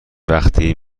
وقتی